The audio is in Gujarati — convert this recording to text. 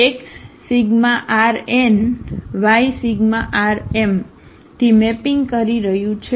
તેથી આ yAx એ x∈Rny∈Rm થી મેપિંગ કરી રહ્યું છે